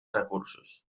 recursos